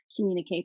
communicate